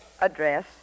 Address